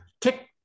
Tick